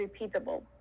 repeatable